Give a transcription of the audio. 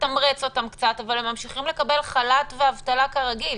מתמרץ אותם קצת אבל הם ממשיכים לקבל חל"ת ודמי אבטלה כרגיל.